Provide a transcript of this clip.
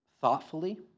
thoughtfully